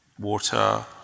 water